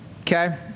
Okay